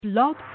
Blog